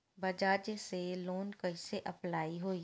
बज़ाज़ से लोन कइसे अप्लाई होई?